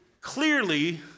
clearly